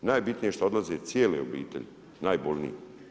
Najbitnije je što odlaze cijele obitelji, najbolnije.